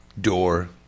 door